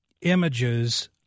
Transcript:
images